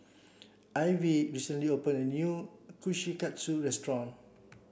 Ivey recently opened a new Kushikatsu restaurant